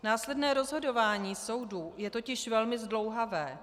Následné rozhodování soudů je totiž velmi zdlouhavé.